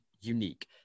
unique